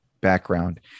background